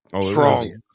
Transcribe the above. Strong